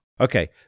Okay